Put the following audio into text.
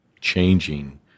changing